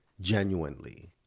Genuinely